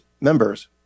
members